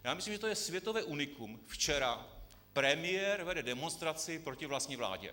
Já myslím, že to je světové unikum včera premiér vede demonstraci proti vlastní vládě.